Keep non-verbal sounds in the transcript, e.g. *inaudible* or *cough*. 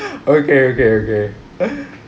*laughs* okay okay okay *laughs*